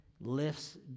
lifts